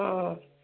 অ'